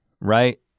right